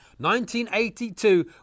1982